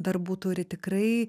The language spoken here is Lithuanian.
darbų turi tikrai